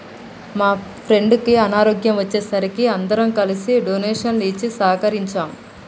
మా ఫ్రెండుకి అనారోగ్యం వచ్చే సరికి అందరం కలిసి డొనేషన్లు ఇచ్చి సహకరించాం